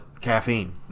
caffeine